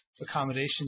accommodations